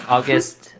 August